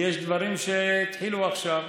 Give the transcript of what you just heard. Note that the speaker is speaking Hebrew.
ויש דברים שהתחילו עכשיו.